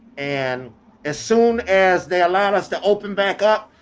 and as soon as they allowed us to open back up,